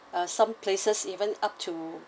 uh some places even up to